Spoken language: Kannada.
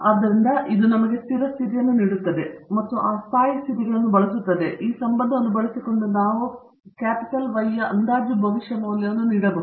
ಆದ್ದರಿಂದ ಇದು ನಮಗೆ ಸ್ಥಿರ ಸ್ಥಿತಿಯನ್ನು ನೀಡುತ್ತದೆ ಮತ್ತು ಆ ಸ್ಥಾಯಿ ಸ್ಥಿತಿಗಳನ್ನು ಬಳಸುತ್ತದೆ ಈ ಸಂಬಂಧವನ್ನು ಬಳಸಿಕೊಂಡು ನಾವು Y ಯ ಅಂದಾಜು ಭವಿಷ್ಯ ಮೌಲ್ಯವನ್ನು ನೀಡಬಹುದು